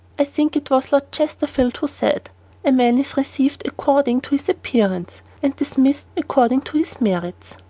i think it was lord chesterfield who said a man is received according to his appearance, and dismissed according to his merits.